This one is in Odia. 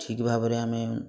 ଠିକ ଭାବରେ ଆମେ